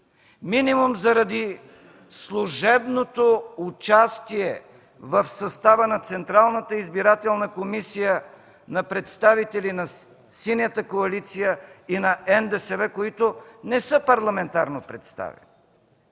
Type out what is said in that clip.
минимум заради служебното участие в състава на Централната избирателна комисия на представители на Синята коалиция и на НДСВ, които не са парламентарно представени.